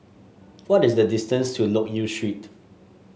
what is the distance to Loke Yew Street